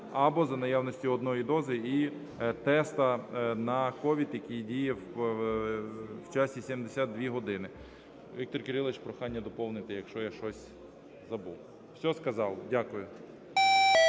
або за наявності одної дози і тесту на COVID, який діє в часі 72 години. Віктор Кирилович, прохання доповнити, якщо я щось забув. Все сказав. Дякую.